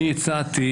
אני הצעתי